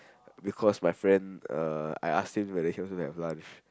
because my friend uh I asked him whether he wants to have lunch